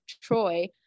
Troy